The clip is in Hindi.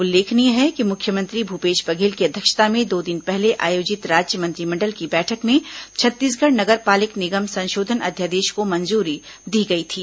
उल्लेखनीय है कि मुख्यमंत्री भूपेश बघेल की अध्यक्षता में दो दिन पहले आयोजित राज्य मंत्रिमंडल की बैठक में छत्तीसगढ़ नगर पालिक निगम संशोधन अध्यादेश को मंजूरी दी गई थी